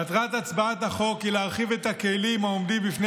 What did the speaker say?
מטרת הצעת החוק היא להרחיב את הכלים העומדים בפני